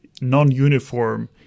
non-uniform